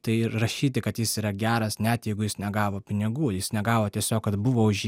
tai rašyti kad jis yra geras net jeigu jis negavo pinigų jis negavo tiesiog kad buvo už